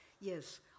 Yes